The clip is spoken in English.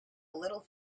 little